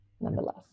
nonetheless